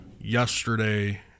Yesterday